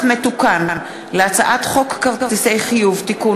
מתוקן של הצעת חוק כרטיסי חיוב (תיקון,